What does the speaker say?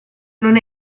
non